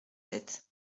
sept